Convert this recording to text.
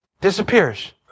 Disappears